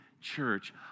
church